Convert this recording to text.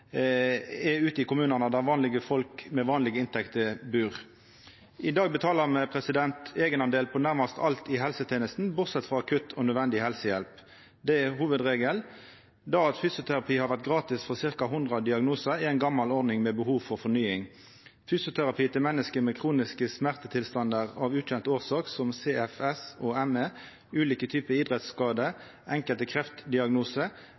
er ute i kommunane der vanlege folk med vanlege inntekter bur. I dag betalar ein eigendel på nesten alt i helsetenesta, bortsett frå på akutt og nødvendig helsehjelp. Det er hovudregelen. Det at fysioterapi har vore gratis for ca. hundre diagnosar, er ei gamal ordning med behov for fornying. Fysioterapi til menneske med kroniske smertetilstandar av ukjend årsak, som CFS/ME, ulike typar idrettsskadar, enkelte kreftdiagnosar, enkelte psykiske lidingar og